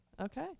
Okay